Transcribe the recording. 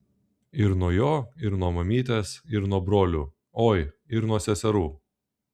ir nuo jo ir nuo mamytės ir nuo brolių oi ir nuo seserų